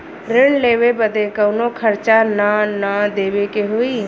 ऋण लेवे बदे कउनो खर्चा ना न देवे के होई?